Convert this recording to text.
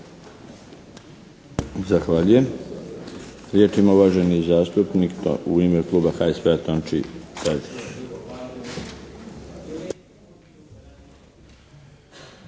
Zahvaljujem. Riječ ima uvaženi zastupnik u ime kluba HSP-a Tonči